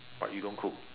but you don't cook